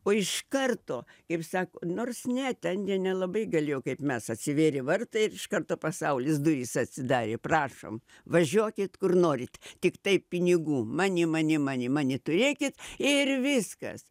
o iš karto kaip sako nors ne ten jie nelabai galėjo kaip mes atsivėrė vartai ir iš karto pasaulis durys atsidarė prašom važiuokit kur norit tiktai pinigų mani mani mani mani turėkit ir viskas